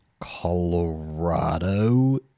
Colorado